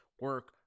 Work